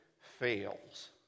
fails